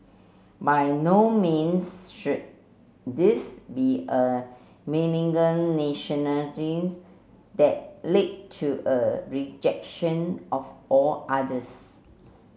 by no means should this be a malignant nationalism that lead to a rejection of all others